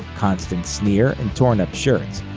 constant sneer, and torn up shirts.